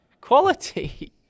quality